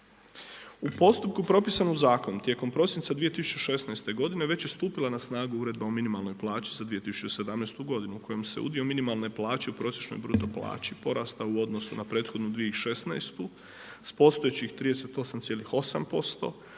U postupku propisanom u zakonu tijekom prosinca 2016. godine već je stupila na snagu Uredba o minimalnoj plaći za 2017. godinu u kojem se udio minimalne plaće u prosječnoj bruto plaći porasta u odnosu na prethodnu 2016. sa postojećih 38,8%